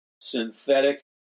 synthetic